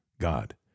God